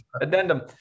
addendum